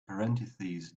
parentheses